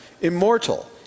immortal